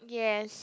yes